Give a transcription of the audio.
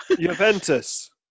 Juventus